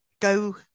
go